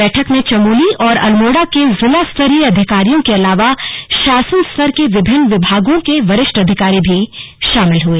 बैठक में चमोली और अल्मोड़ा के जिला स्तरीय अधिकारियों के अलावा शासन स्तर के विभिन्न विभागों के वरिष्ठ अधिकारी भी शामिल हुए